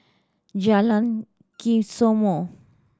Jalan Kesoma